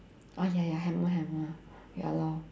oh ya ya hammer hammer ya lor